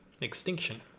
Extinction